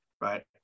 right